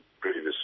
previous